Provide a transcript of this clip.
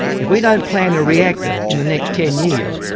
if we don't plan a reactor in the next ten years,